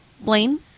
Blaine